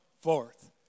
forth